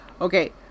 okay